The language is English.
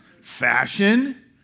Fashion